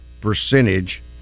percentage